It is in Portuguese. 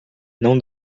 não